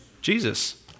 Jesus